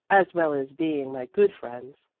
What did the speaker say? as well as being my good friends.